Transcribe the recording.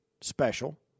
special